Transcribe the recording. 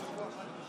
אפשר בבקשה